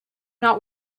not